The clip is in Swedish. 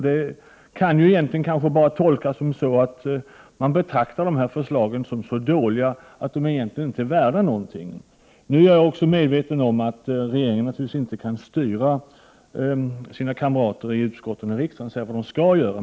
Det kan bara tolkas så att man betraktar de här förslagen som så dåliga att de egentligen inte är värda någonting. Nu är jag också medveten om att regeringen naturligtvis inte kan styra sina kamrater i utskotten och riksdagen.